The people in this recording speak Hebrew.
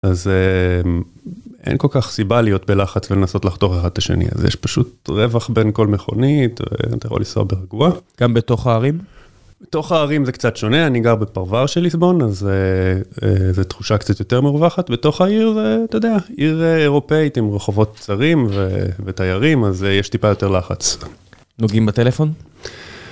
אז אין כל כך סיבה להיות בלחץ ולנסות לחתוך אחד את השני, אז יש פשוט רווח בין כל מכונית, אתה יכול לנסוע ברגוע. גם בתוך הערים? בתוך הערים זה קצת שונה, אני גר בפרוור של לסבון, אז זו תחושה קצת יותר מרווחת. בתוך העיר, אתה יודע, עיר אירופאית עם רחובות קצרים ותיירים, אז יש טיפה יותר לחץ. נוגעים בטלפון?